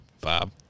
Bob